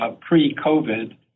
pre-COVID